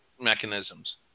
mechanisms